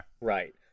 Right